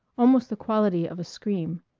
almost the quality of a scream